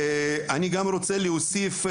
אני גם רוצה להוסיף,